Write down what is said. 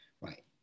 right